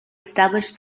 established